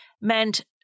meant